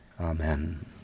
Amen